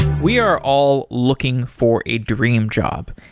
we are all looking for a dream job,